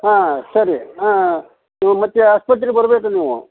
ಹಾಂ ಸರಿ ಹಾಂ ನೀವು ಮತ್ತೆ ಆಸ್ಪತ್ರೆಗೆ ಬರ್ಬೇಕು ನೀವು